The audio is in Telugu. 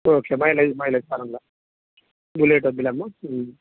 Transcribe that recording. ఓకే మైలేజ్ మైలేజీ పరంగా బుల్లెట్ వద్దులే అమ్మ